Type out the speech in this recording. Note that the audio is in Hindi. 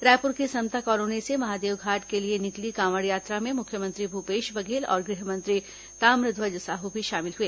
रायपुर के समता कॉलोनी से महादेवघाट के लिए निकली कांवड़ यात्रा में मुख्यमंत्री भूपेश बघेल और गृह मंत्री ताम्रध्वज साहू भी शामिल हुए